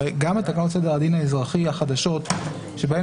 הרי גם בתקנות סדר הדין האזרחי החדשות בהן